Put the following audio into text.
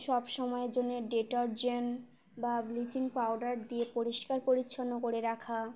সবসময়ের জন্যে ডিটারজেন্ট বা ব্লিচিং পাউডার দিয়ে পরিষ্কার পরিচ্ছন্ন করে রাখা